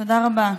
תודה רבה.